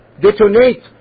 detonate